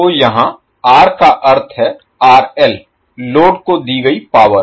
तो यहाँ R का अर्थ है RL लोड को दी गई पावर